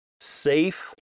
safe